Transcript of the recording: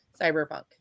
cyberpunk